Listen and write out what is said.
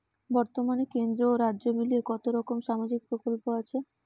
বতর্মানে কেন্দ্র ও রাজ্য মিলিয়ে কতরকম সামাজিক প্রকল্প আছে?